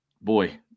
boy